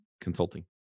consulting